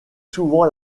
souvent